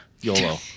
YOLO